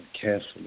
carefully